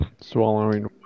Swallowing